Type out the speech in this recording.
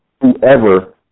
whoever